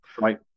Right